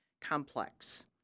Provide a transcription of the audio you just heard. complex